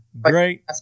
great